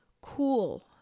Cool